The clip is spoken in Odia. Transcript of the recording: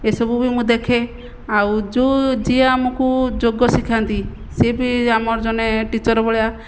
ଏସବୁ ବି ମୁଁ ଦେଖେ ଆଉ ଯେଉଁ ଯିଏ ଆମକୁ ଯୋଗ ସିଖାନ୍ତି ସିଏ ବି ଆମର ଜଣେ ଟିଚର ଭଳିଆ